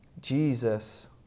Jesus